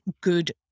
good